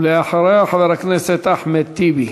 ואחריה, חבר הכנסת אחמד טיבי.